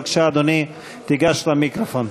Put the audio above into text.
בבקשה, אדוני, גש למיקרופון.